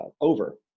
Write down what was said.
over